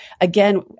Again